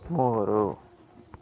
ಮೂರು